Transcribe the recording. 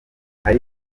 hari